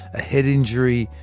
a head injury,